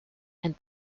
and